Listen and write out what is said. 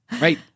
right